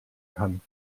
kann